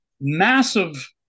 massive